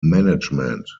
management